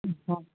हा